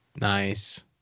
Nice